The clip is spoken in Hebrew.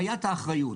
לגבי בעיית האחריות,